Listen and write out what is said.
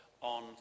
on